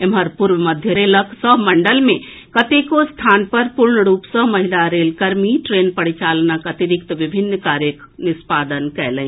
एम्हर पूर्व मध्य रेलक सभ मंडल मे कतेको स्थान पर पूर्ण रूप सँ महिला रेल कर्मी ट्रेन परिचालनक अतिरिक्त विभिन्न कार्यक निष्पादन कयलनि